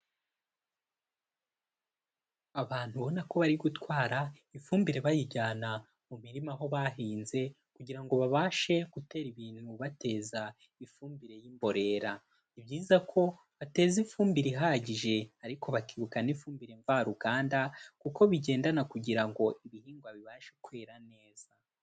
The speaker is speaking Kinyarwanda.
Abantu ubona ko bari gutwara ifumbire bayijyana mu mirima aho bahinze kugira ngo babashe gutera ibintu bateza ifumbire y'imborera, ni byiza ko bateza ifumbire ihagije ariko bakibuka n'ifumbire mvaruganda kuko bigendana kugira ngo ibihingwa bibashe kwera neza.